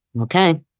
Okay